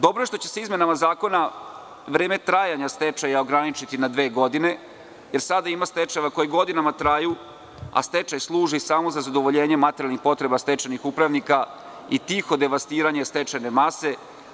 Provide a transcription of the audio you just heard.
Dobro je što će se izmenama zakona vreme trajanja stečaja ograničiti na dve godine, jer sada ima stečajeva koji godinama traju, a stečaj služi samo za zadovoljenje materijalnih potreba stečajnih upravnika i tiho devastiranje stečajne mase.